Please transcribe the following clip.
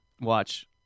watch